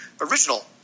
original